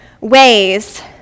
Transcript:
ways